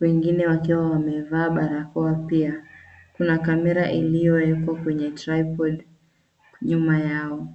wengine wakiwa wamevaa barakoa pia. Kuna kamera iliyowekwa kwenye tripod nyuma yao.